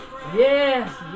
Yes